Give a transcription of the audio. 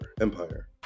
Empire